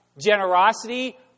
generosity